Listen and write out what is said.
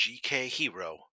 GKHERO